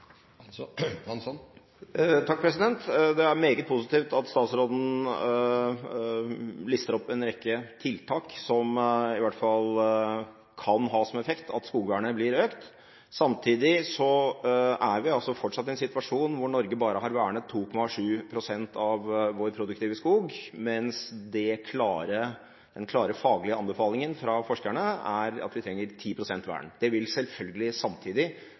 Det er meget positivt at statsråden lister opp en rekke tiltak som i hvert fall kan ha som effekt at skogvernet blir økt. Samtidig er vi fortsatt i en situasjon hvor Norge bare har vernet 2,7 pst. av vår produktive skog, mens den klare faglige anbefalingen fra forskerne er at vi trenger 10 pst. vern. Det vil selvfølgelig samtidig